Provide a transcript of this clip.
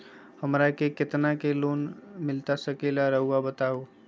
हमरा के कितना के लोन मिलता सके ला रायुआ बताहो?